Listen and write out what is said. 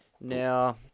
Now